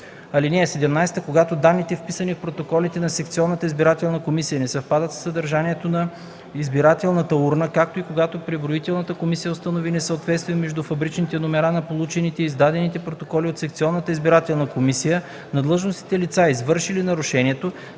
II. (17) Когато данните, вписани в протоколите на секционната избирателна комисия, не съвпадат със съдържанието на избирателната урна, както и когато преброителната комисия установи несъответствие между фабричните номера на получените и предадените протоколи от секционната избирателна комисия, на длъжностните лица, извършили нарушението,